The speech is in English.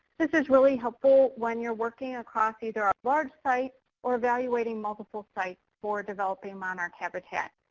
this is really helpful when you're working across either a large site or evaluating multiple sites for developing monarch habitat.